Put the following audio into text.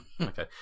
okay